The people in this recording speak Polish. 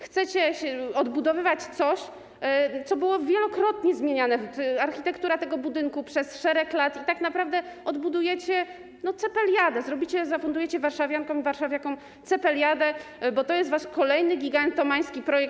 Chcecie odbudowywać coś, co było wielokrotnie zmieniane - architektura tego budynku przez szereg lat - i tak naprawdę odbudujecie, no, cepeliadę, zrobicie, zafundujecie warszawiankom i warszawiakom cepeliadę, bo to jest wasz kolejny gigantomański projekt.